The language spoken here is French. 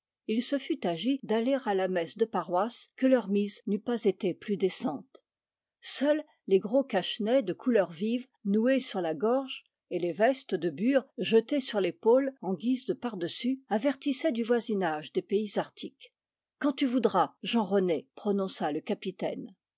il se fût agi d'aller à la messe de paroisse que leur mise n'eût été pas plus décente seuls les gros cache-nez de couleurs vives noués sur la gorge et les vestes de bure jetées sur l'épaule en guise de pardessus avertissaient du voisinage des pays arctiques quand tu voudras jean rené prononça le capitaine